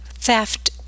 Theft